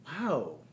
Wow